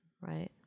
right